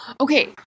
Okay